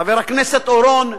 חבר הכנסת אורון,